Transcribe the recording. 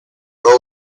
road